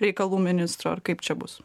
reikalų ministro ar kaip čia bus